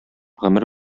гомер